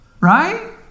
Right